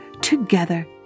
together